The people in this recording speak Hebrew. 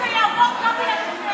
תדאגו, זה יעבור גם בלעדיכם.